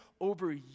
over